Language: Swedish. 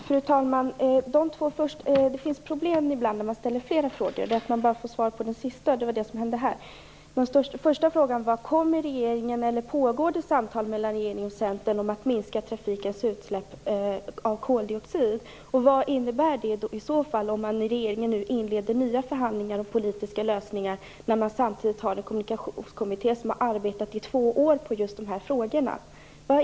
Fru talman! Ett problem ibland när man ställer flera frågor är att man bara får svar på den sista. Det var vad som hände nu. Mina första frågor var: Pågår det samtal mellan regeringen och Centern om att minska utsläppen från trafiken av koldioxid? Och vad innebär det i så fall om regeringen nu inleder nya förhandlingar för att uppnå politiska lösningar, när Kommunikationskommittén har arbetat i två år med just de här frågorna?